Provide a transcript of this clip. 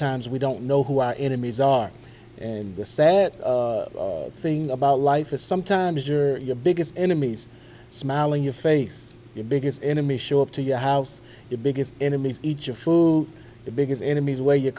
times we don't know who our enemies are and the sad thing about life is sometimes your biggest enemies smiling your face your biggest enemy show up to your house the biggest enemies each of food the biggest enemies wear your